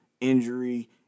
injury